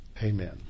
Amen